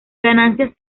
ganancias